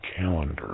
calendar